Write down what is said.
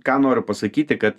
ką noriu pasakyti kad